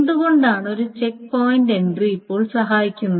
എന്തുകൊണ്ടാണ് ഒരു check point entry ഇപ്പോൾ സഹായിക്കുന്നത്